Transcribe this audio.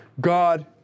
God